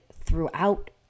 throughout